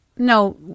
No